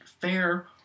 fair